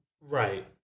Right